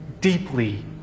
deeply